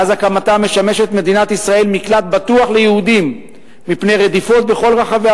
מאז הקמתה משמשת מדינת ישראל מקלט בטוח ליהודים מפני רדיפות בכל רחבי